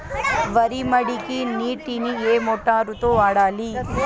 వరి మడికి నీటిని ఏ మోటారు తో వాడాలి?